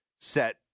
set